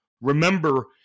Remember